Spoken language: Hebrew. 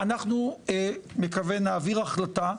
אנחנו, אני מקווה, נעביר החלטה.